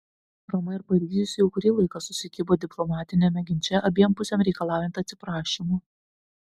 roma ir paryžius jau kurį laiką susikibo diplomatiniame ginče abiem pusėms reikalaujant atsiprašymų